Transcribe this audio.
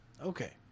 Okay